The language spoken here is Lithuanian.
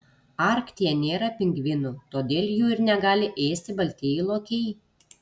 arktyje nėra pingvinų todėl jų ir negali ėsti baltieji lokiai